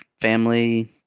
family